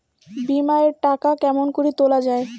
বিমা এর টাকা কেমন করি তুলা য়ায়?